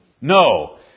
No